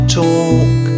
talk